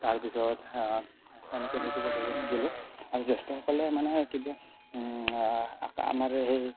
তাৰ পিছত সেনেকৈ সেইটো প্ৰচেছো শিকিলোঁ আৰু জ্যেষ্ঠসকলে মানে কিবা আমাৰে সেই